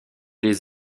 les